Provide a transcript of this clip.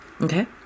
Okay